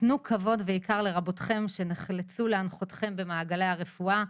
תנו כבוד ויקר לרבותיכם שנחלצו להנחותכם במעגלי הרפואה.